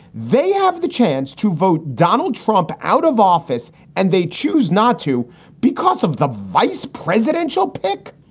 they have the chance to vote donald trump out of office and they choose not to because of the vice presidential pick.